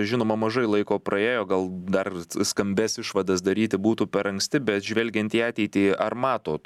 žinoma mažai laiko praėjo gal dar skambias išvadas daryti būtų per anksti bet žvelgiant į ateitį ar matot